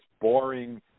boring